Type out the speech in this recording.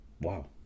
Wow